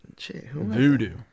voodoo